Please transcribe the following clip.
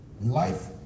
Life